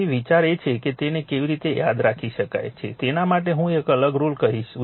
તેથી વિચાર એ છે કે તેને કેવી રીતે યાદ રાખી શકાય છે તેના માટે હું એક અલગ રુલ કહીશ